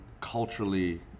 culturally